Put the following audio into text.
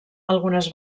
algunes